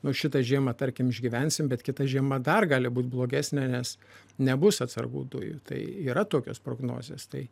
nu šitą žiemą tarkim išgyvensim bet kita žiema dar gali būti blogesnė nes nebus atsargų dujų tai yra tokios prognozės tai